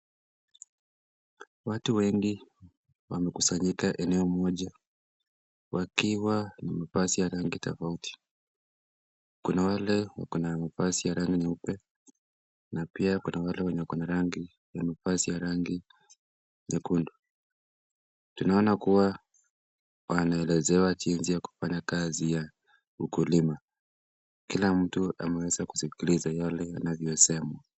Watu wengi wamekusanyika eneo Moja wakiwa na mavazi ya rangi tofauti. Kuna wale wakona mavazi ya rangi nyeupe na pia kuna wale wako na rangi ,mavazi ya rangi nyekundu. Tunaona kuwa wanaelezewa jinsi ya kufanya kazi ya ukulima. Kila mtu ameweza kusikiliza yale yanavyosemwa